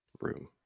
room